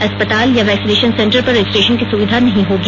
अस्पताल या vaccination centre पर रजिस्ट्रेशन की सुविधा नहीं होगी